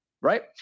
right